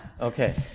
Okay